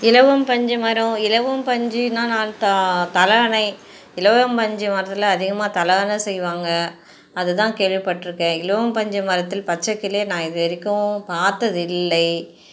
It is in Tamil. இலவம்பஞ்சு மரம் இலவம்பஞ்சியினால் ஆன த தலையணை இலவம்பஞ்சு மரத்தில் அதிகமாக தலையணை செய்வாங்க அதுதான் கேள்விப்பட்டுருக்கேன் இலவம்பஞ்சு மரத்தில் பச்சைக்கிளியே நான் இதுவரைக்கும் பார்த்தது இல்லை